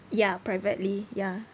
ya privately ya